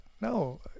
No